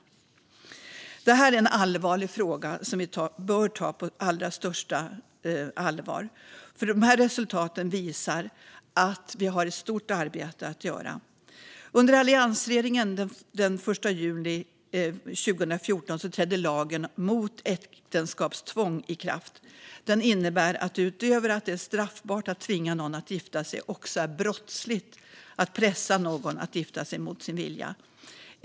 Det här är en allvarlig fråga som vi bör ta på allra största allvar, för resultaten visar att vi har ett stort arbete att göra. Under alliansregeringen, den l juli 2014, trädde lagen mot äktenskapstvång i kraft. Den innebär att det utöver att det är straffbart att tvinga någon att gifta sig också är brottsligt att pressa någon att gifta sig mot sin vilja.